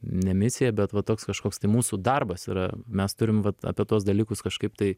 ne misija bet va toks kažkoks tai mūsų darbas yra mes turim vat apie tuos dalykus kažkaip tai